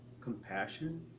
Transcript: compassion